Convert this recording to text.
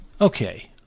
Okay